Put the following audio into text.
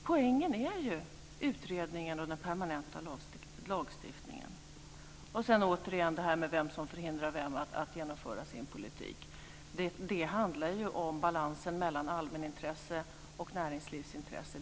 Poängen är utredningen och den permanenta lagstiftningen. Sedan gäller det återigen frågan om vem som förhindrar vem att genomföra den egna politiken. Det handlar om balansen mellan allmänintresse och näringslivsintresse.